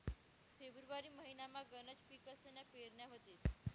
February महिनामा गनच पिकसन्या पेरण्या व्हतीस